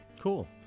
cool